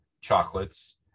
chocolates